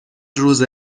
روز